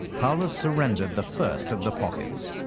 paulus surrendered the first of the pockets,